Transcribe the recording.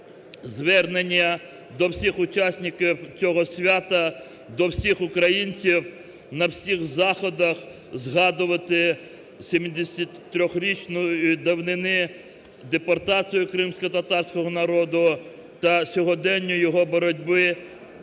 звернення до всіх учасників цього свята, до всіх українців, на всіх заходах згадувати 73-річної давнини депортацію кримськотатарського народу та сьогодення його боротьби